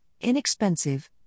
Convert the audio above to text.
inexpensive